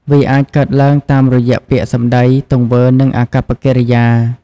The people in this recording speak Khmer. វាអាចកើតឡើងតាមរយៈពាក្យសម្ដី ទង្វើ និងអាកប្បកិរិយា។